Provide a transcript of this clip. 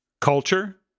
culture